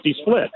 split